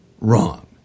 wrong